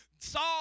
Saul